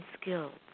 skills